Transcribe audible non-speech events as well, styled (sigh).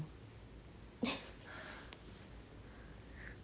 (noise)